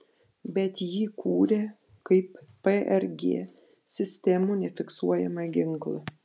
bet jį kūrė kaip prg sistemų nefiksuojamą ginklą